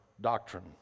doctrine